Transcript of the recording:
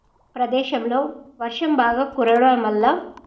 ప్రదేశంలో వర్షం బాగా కురవడం వల్ల